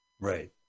Right